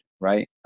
Right